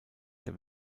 der